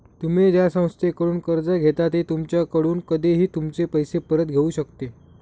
तुम्ही ज्या संस्थेकडून कर्ज घेता ती तुमच्याकडून कधीही तुमचे पैसे परत घेऊ शकते